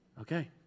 Okay